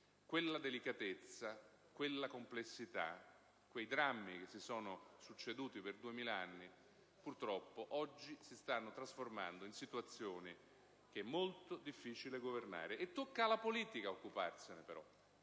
Quella delicatezza, quella complessità, quei drammi che si sono succeduti per 2.000 anni purtroppo oggi si stanno trasformando in situazioni molto difficili da governare; tocca però alla politica occuparsene.